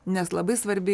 nes labai svarbi